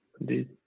indeed